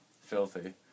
Filthy